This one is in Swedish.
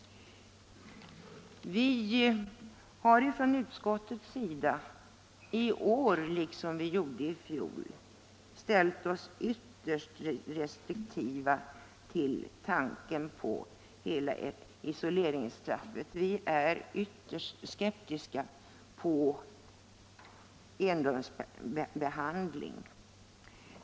Vi har från utskottets sida i år liksom i fjol ställt oss ytterst restriktiva till hela isoleringsstraffet. Vi är skeptiska mot enrumsbehandling.